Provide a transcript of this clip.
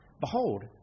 Behold